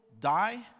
die